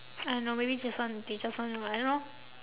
I don't know maybe just want they just want to I don't know